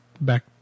back